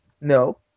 No